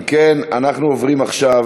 אם כן, אנחנו עוברים עכשיו